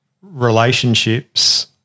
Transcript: relationships